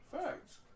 Facts